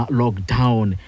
lockdown